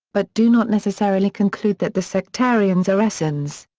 but do not necessarily conclude that the sectarians are essenes.